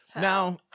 Now